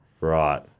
Right